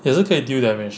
也是可以 deal damage